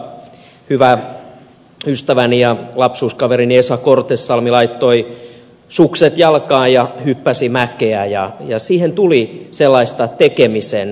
muistan kuinka hyvä ystäväni ja lapsuuskaverini esa kortesalmi laittoi sukset jalkaan ja hyppäsi mäkeä ja siihen tuli sellaista tekemisen riemua